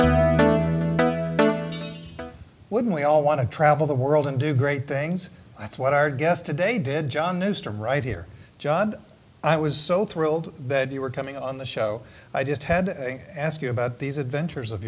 know wouldn't we all want to travel the world and do great things that's what our guest today did john mr right here john i was so thrilled that you were coming on the show i just had ask you about these adventures of